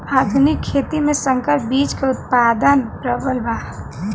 आधुनिक खेती में संकर बीज क उतपादन प्रबल बा